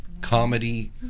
comedy